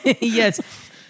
Yes